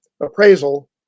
appraisal